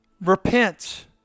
Repent